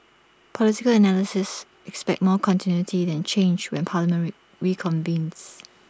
political analysts expect more continuity than change when parliament reconvenes